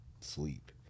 sleep